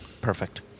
Perfect